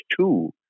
two